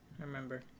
remember